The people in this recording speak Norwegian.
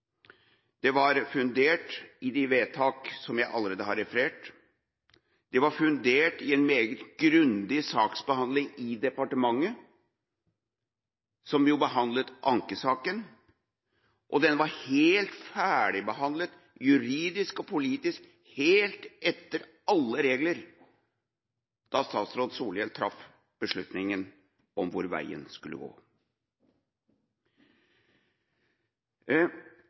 Det var fundert i de vedtak som jeg allerede har referert. Det var fundert i en meget grundig saksbehandling i departementet, som behandlet ankesaken, og den var helt ferdigbehandlet både juridisk og politisk, helt etter alle regler, da statsråd Solhjell traff beslutninga om hvor veien skulle gå.